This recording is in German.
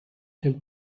den